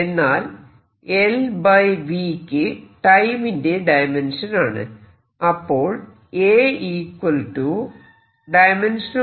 എന്നാൽ L v യ്ക്ക് ടൈമിന്റെ ഡയമെൻഷൻ ആണ്